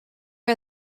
are